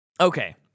Okay